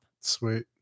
Sweet